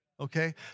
Okay